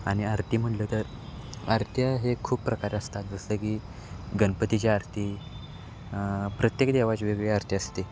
आणि आरती म्हटलं तर आरत्या हे खूप प्रकारे असतात जसं की गणपतीची आरती प्रत्येक देवाची वेगवेगळी आरती असते